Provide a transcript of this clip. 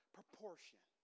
proportion